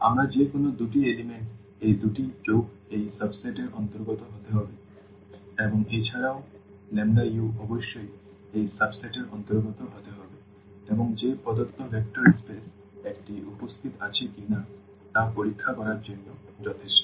আমরা যে কোন দুটি উপাদান এই দুটি যোগ এই সাবসেট এর অন্তর্গত হতে হবে এবং এছাড়াও u অবশ্যই এই সাবসেট এর অন্তর্গত হতে হবে এবং যে প্রদত্ত ভেক্টর স্পেস একটি উপস্থিত আছে কিনা তা পরীক্ষা করার জন্য যথেষ্ট